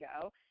go